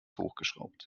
hochgeschraubt